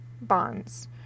bonds